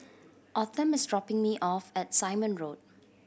Autumn is dropping me off at Simon Road